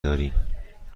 داریم